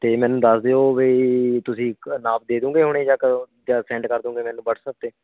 ਅਤੇ ਮੈਨੂੰ ਦੱਸ ਦਿਓ ਬਈ ਤੁਸੀਂ ਨਾਪ ਦੇਦੋਂਗੇ ਹੁਣੇ ਜਾਂ ਕਦੋਂ ਜਾਂ ਸੈਂਡ ਕਰਦੋਂਗੇ ਮੈਨੂੰ ਵੱਟਸਅੱਪ 'ਤੇ